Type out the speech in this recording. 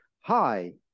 hi